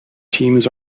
teams